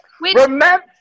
remember